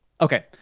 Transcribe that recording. Okay